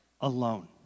alone